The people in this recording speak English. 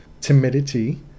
timidity